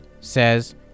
says